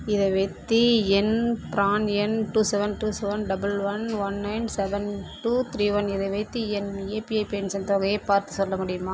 இதை வைத்து என் பிரான் எண் two seven two seven double one one nine seven two three one இதை வைத்து என் ஏபிஒய் பென்ஷன் தொகையை பார்த்துச் சொல்ல முடியுமா